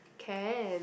can